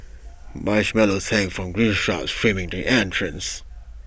marshmallows hang from green shrubs framing the entrance